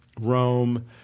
Rome